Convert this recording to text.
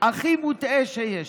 הכי מוטעה שיש.